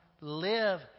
live